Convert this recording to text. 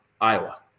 Iowa